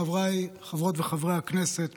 חבריי חברות וחברי הכנסת,